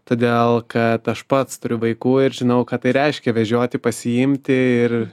todėl kad aš pats turiu vaikų ir žinau ką tai reiškia vežioti pasiimti ir